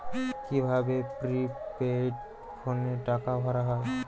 কি ভাবে প্রিপেইড ফোনে টাকা ভরা হয়?